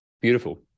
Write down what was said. beautiful